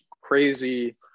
crazy